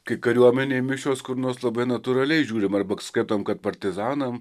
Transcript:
kai kariuomenei mišios kur nors labai natūraliai žiūrim arba skaitom kad partizanam